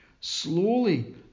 Slowly